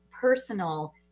personal